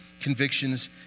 convictions